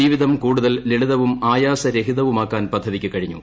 ജീവിതം കൂടുതൽ ലളിതവും ആയാസരഹിതവുമാക്കാൻ പദ്ധതിക്കു കഴിഞ്ഞു